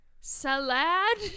Salad